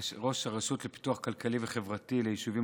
ראש הרשות לפיתוח כלכלי וחברתי ליישובים